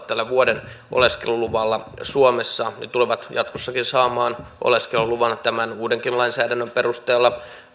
tällä vuoden oleskeluluvalla suomessa tulee jatkossakin saamaan oleskeluluvan tämän uudenkin lainsäädännön perusteella